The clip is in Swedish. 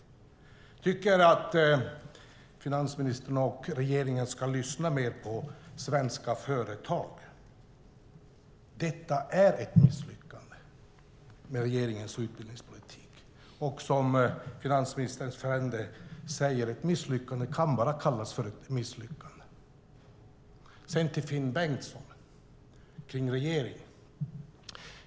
Jag tycker att finansministern och regeringen ska lyssna mer på svenska företag. Regeringens utbildningspolitik är ett misslyckande. Precis som finansministern säger kan ett misslyckande bara kallas ett misslyckande. Sedan vänder jag mig till Finn Bengtsson om regeringen.